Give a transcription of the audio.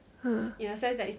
ah